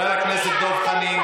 חבר הכנסת דב חנין.